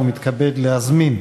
ואני רוצה להגיד לכם: